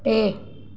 टे